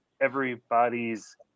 everybody's